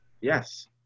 Yes